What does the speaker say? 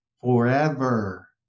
forever